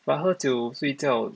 but 喝酒睡觉